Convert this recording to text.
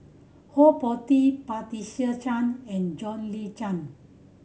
Ho Po Tee Patricia Chan and John Le